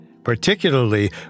Particularly